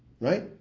Right